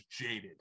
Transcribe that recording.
jaded